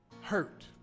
hurt